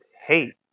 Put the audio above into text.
Hate